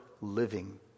Living